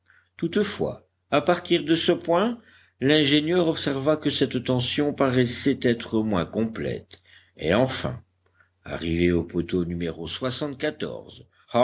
toutefois à partir de ce point l'ingénieur observa que cette tension paraissait être moins complète et enfin arrivé au poteau